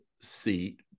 seat